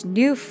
new